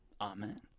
amen